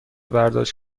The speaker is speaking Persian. برداشت